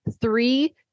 three